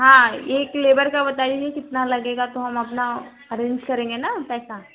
हाँ एक लेबर का बता दीजिए कितना लगेगा तो हम अपना अरेंज करेंगे ना पैसा